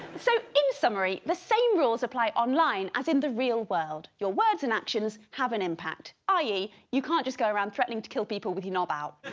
so in summary the same rules apply online as in the real world your words and actions have an impact ie you can't just go around threatening to kill people with you know your